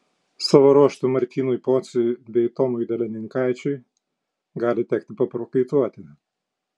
savo ruožtu martynui pociui bei tomui delininkaičiui gali tekti paprakaituoti